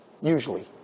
usually